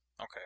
Okay